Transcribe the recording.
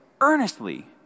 earnestly